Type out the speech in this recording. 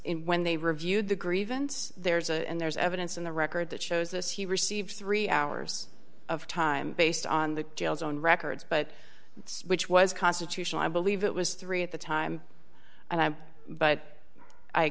evidence when they reviewed the grievance there's and there's evidence in the record that shows this he received three hours of time based on the jail's own records but which was constitutional i believe it was three at the time and i but i